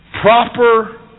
proper